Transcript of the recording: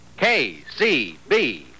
KCB